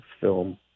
film